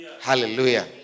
Hallelujah